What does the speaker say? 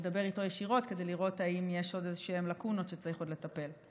לדבר איתו ישירות כדי לראות אם יש עוד איזשהן לקונות שצריך לטפל בהן.